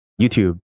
YouTube